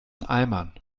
eimern